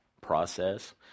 process